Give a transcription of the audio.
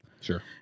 Sure